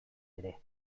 ere